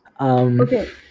Okay